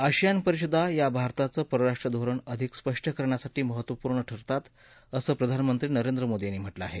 ASEAN परिषदा या भारताचं परराष्ट्र धोरण अधिक स्पष्ट करण्यासाठी महत्त्वपूर्ण ठरतात असं प्रधानमंत्री नरेंद्र मोदी यांनी म्हटलं आहे